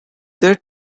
their